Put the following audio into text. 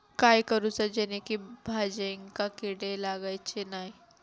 काय करूचा जेणेकी भाजायेंका किडे लागाचे नाय?